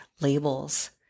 labels